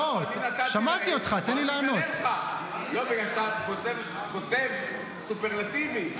בוא אני אגלה לך, כי אתה כותב סופרלטיבים.